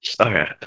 okay